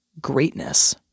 greatness